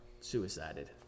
suicided